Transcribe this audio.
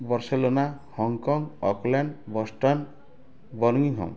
Barcelona Hong Kong Auckland Boston Birmingham